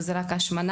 וזה רק ההשמנה.